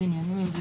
אם זה